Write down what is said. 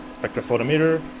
spectrophotometer